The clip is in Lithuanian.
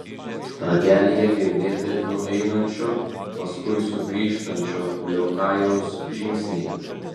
ragelyje girdėti nueinančio paskui sugrįžtančio liokajaus žingsniai